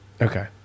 Okay